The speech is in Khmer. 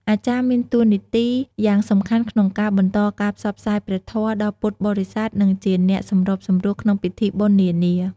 អាចារ្យមានតួនាទីយ៉ាងសំខាន់ក្នុងការ បន្តការផ្សព្វផ្សាយព្រះធម៌ ដល់ពុទ្ធបរិស័ទ និងជាអ្នកសម្របសម្រួលក្នុងពិធីបុណ្យនានា។